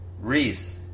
reese